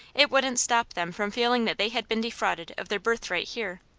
it wouldn't stop them from feeling that they had been defrauded of their birthright here.